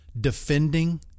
defending